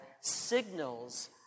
signals